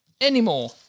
anymore